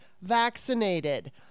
vaccinated